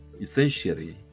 Essentially